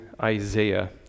Isaiah